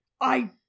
I-